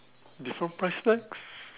different price tags